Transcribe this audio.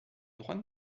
droit